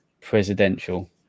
presidential